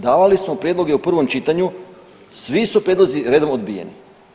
Davali smo prijedloge u prvom čitanju, svi su prijedlozi redom odbijeni.